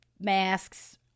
masks